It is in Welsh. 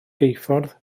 geuffordd